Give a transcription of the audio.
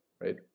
right